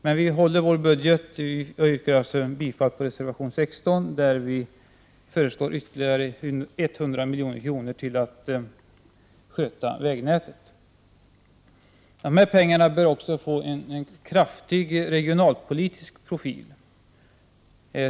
Men vi håller vår budget, och jag yrkar bifall till reservation 16, där vi alltså föreslår ytterligare 100 milj.kr. till skötande av vägnätet. Dessa pengar bör också få en kraftig regionalpolitisk profil.